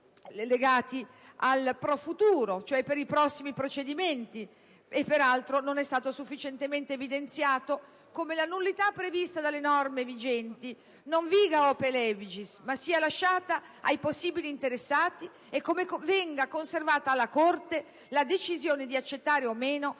valgono cioè per i prossimi procedimenti. Peraltro, non è stato sufficientemente evidenziato come la nullità prevista dalle norme vigenti non valga *ope legis*, ma sia lasciata ai possibili interessati e come venga conservata alla Corte la decisione di accettare o meno